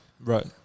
Right